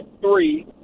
three